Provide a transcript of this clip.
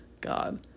God